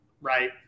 Right